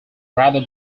rather